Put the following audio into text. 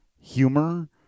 humor